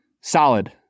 Solid